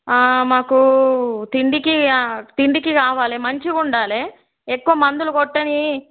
మాకు తిండికి తిండికి కావాలి మంచిగా ఉండాలి ఎక్కువ మందులు కొట్టనివి